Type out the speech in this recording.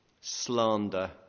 slander